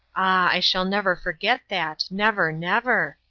i shall never forget that never, never.